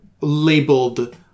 labeled